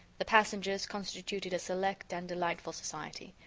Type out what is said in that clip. the passengers constituted a select and delightful society.